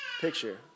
picture